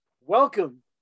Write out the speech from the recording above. Welcome